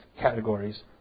categories